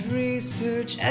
research